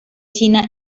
china